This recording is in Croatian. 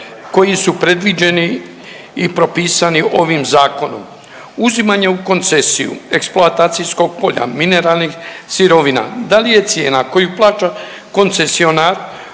koji su predviđeni i propisani ovim zakonom. Uzimanje u koncesiju eksploatacijskog polja mineralnih sirovina dal je cijena koju plaća koncesionar